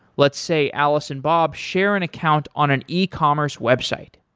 let's say alice and bob share an account on an e-commerce website.